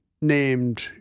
named